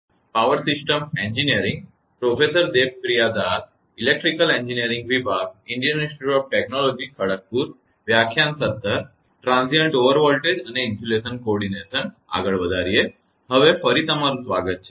હવે ફરી તમારું સ્વાગત છે